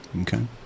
Okay